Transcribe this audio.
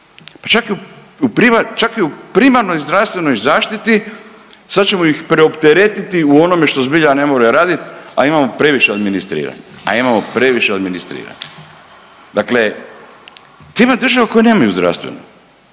Pa čak i u primarnoj zdravstvenoj zaštiti sad ćemo ih preopteretiti u onome što zbilja ne vole raditi, a imamo previše administriranja. A imamo previše administriranja.